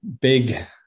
big